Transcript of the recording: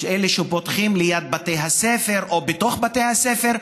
אלה שפותחים ליד בתי הספר או בתוך בתי הספר,